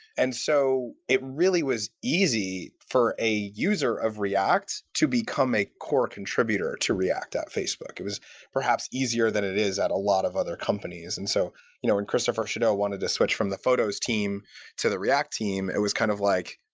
and so it really was easy for a user of react to become a core contributor to react at facebook. it was perhaps easier than it is at a lot of other companies. and so you know when christopher chedeau wanted to switch from the photos team to the react team, it was kind of like,